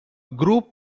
group